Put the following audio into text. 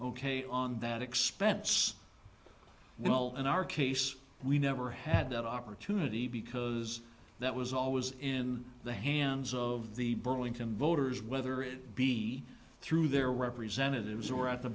ok on that expense well in our case we never had that opportunity because that was always in the hands of the burlington voters whether it be through their representatives or at the